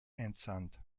entsandt